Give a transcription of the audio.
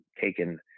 taken